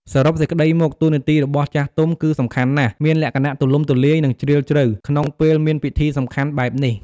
សរុបសេចក្តីមក តួនាទីរបស់ចាស់ទុំគឺសំខាន់ណាស់ មានលក្ខណៈទូលំទូលាយ និងជ្រាលជ្រៅ ក្នុងពេលមានពិធីសំខាន់បែបនេះ។